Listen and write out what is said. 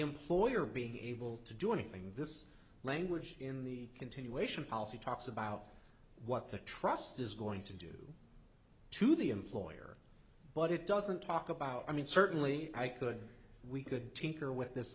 employer being able to do anything this language in the continuation policy talks about what the trust is going to do to the employer but it doesn't talk about i mean certainly i could we could temper wit